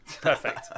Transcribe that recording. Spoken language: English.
Perfect